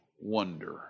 wonder